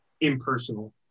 impersonal